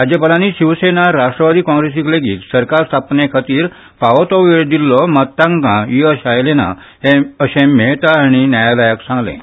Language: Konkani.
राज्यपालांनी शिवसेना राष्ट्रवादी काँग्रेस लेगीत सरकार स्थापने खातीर फावो तो वेळ दिल्लो मात तांका येस आयले नां अशें मेहता हांणी न्यायालयाक सांगलें